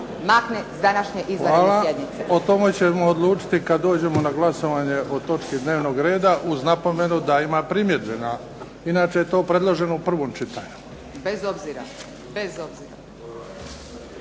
makne s današnje izvanredne sjednice. **Bebić, Luka (HDZ)** Hvala. O tome ćemo odlučiti kad dođemo na glasovanje o točki dnevnog reda, uz napomenu da ima primjedbi na, inače je to predloženo u prvom čitanju. **Antičević